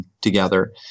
together